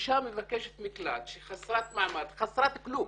אישה מבקשת מקלט שהיא חסרת מעמד, חסרת כלום,